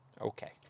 Okay